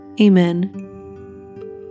Amen